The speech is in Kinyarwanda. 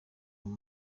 bari